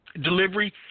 delivery